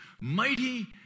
Mighty